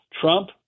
Trump